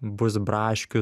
bus braškių